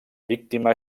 víctima